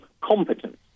competence